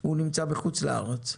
הוא נמצא בחוץ לארץ,